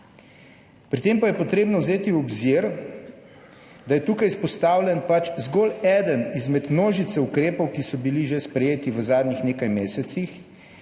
Pri tem pa je treba vzeti v obzir, da je tukaj izpostavljen zgolj eden od množice ukrepov, ki so bili že sprejeti v zadnjih nekaj mesecih.